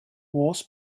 was